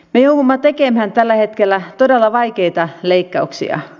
me joudumme tekemään tällä hetkellä todella vaikeita leikkauksia